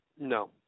No